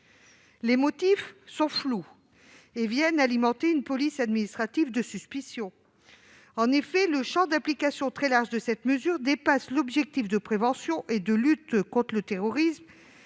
Les motifs sont flous et viennent alimenter une police administrative de suspicion. En effet, le champ d'application très large de la mesure dépasse l'objectif de prévention et de lutte contre le terrorisme,